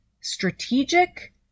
strategic